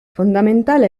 fondamentale